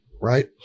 right